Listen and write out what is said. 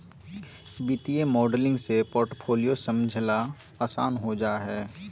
वित्तीय मॉडलिंग से पोर्टफोलियो समझला आसान हो जा हय